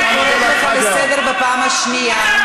אני קוראת אותך לסדר פעם שנייה.